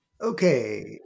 Okay